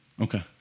Okay